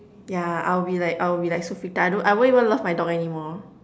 yeah I'll be like I'll be like so freaked out I don't I won't even love my dog anymore